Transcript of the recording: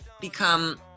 become